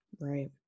Right